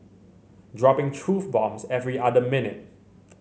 dropping truth bombs every other minute